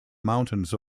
mountains